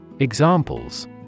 Examples